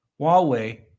Huawei